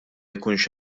jkunx